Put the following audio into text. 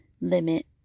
limit